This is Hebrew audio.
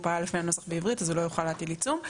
פעל לפי הנוסח בעברית אז הוא לא יוכל להטיל עיצום.